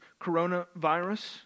coronavirus